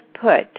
put